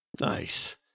Nice